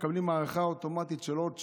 מקבלים הארכה אוטומטית של עוד שעה,